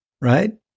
right